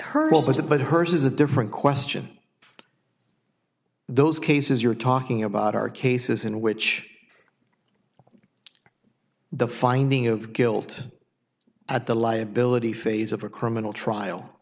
that but hers is a different question those cases you're talking about are cases in which the finding of guilt at the liability phase of a criminal trial